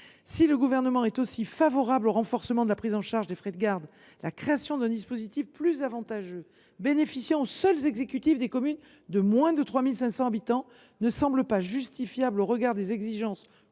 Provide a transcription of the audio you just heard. Si le Gouvernement est également favorable au renforcement de la prise en charge des frais de garde, la création d’un dispositif plus avantageux bénéficiant aux seuls exécutifs des communes de moins de 3 500 habitants ne semble pas justifiable au regard des exigences